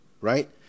Right